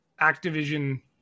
Activision